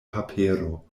papero